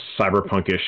cyberpunkish